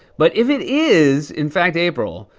but if it is, in fact, april,